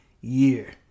year